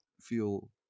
feel